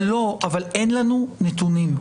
אבל אין לנו נתונים.